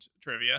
trivia